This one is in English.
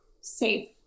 Safe